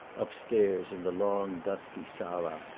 upstairs, in the long, dusky sala,